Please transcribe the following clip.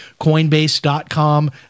Coinbase.com